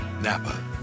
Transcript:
Napa